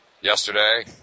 yesterday